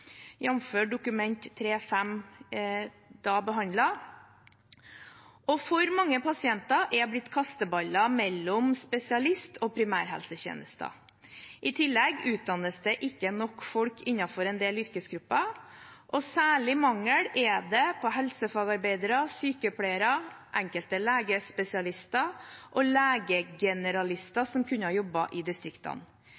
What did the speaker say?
jf. Dokument 3:5 for 2015–2016, behandlet i 2016. For mange pasienter er blitt kasteballer mellom spesialisthelsetjenesten og primærhelsetjenesten. I tillegg utdannes det ikke nok folk innenfor en del yrkesgrupper. Særlig mangel er det på helsefagarbeidere, sykepleiere, enkelte legespesialister og legegeneralister